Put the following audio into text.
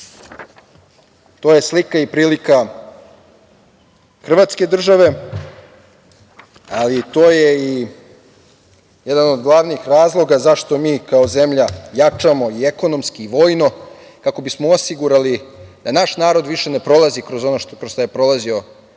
To je slika i prilika Hrvatske države, ali to je i jedan od glavnih razloga zašto mi kao zemlja jačamo i ekonomski i vojno, kako bismo osigurali da naš narod više ne prolazi kroz ono kroz šta je prolazio